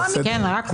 חברת הכנסת אורית פרקש,